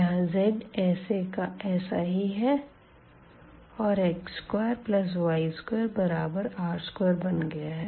यहाँ z ऐसे का ऐसा ही है और x2y2 बराबर r2बन गया है